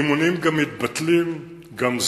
אימונים גם מתבטלים, גם זזים.